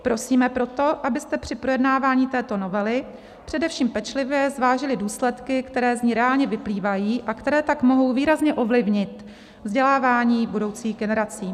Prosíme proto, abyste při projednávání této novely především pečlivě zvážili důsledky, které z ní reálně vyplývají, a které tak mohou výrazně ovlivnit vzdělávání budoucích generací.